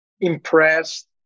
impressed